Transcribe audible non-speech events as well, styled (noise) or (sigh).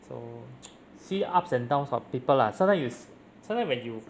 so (noise) see ups and downs of people lah sometimes you s~ sometimes when you